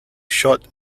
shot